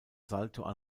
salto